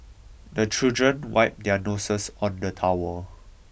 the children wipe their noses on the towel